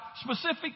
specific